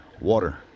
Water